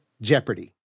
jeopardy